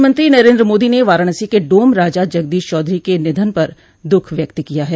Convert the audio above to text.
प्रधानमंत्री नरेन्द्र मोदी ने वाराणसी के डोम राजा जगदीश चौधरी के निधन पर दुःख व्यक्त किया है